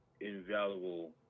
invaluable